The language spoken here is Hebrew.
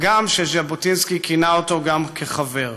הגם שז'בוטינסקי כינה אותו גם כחבר: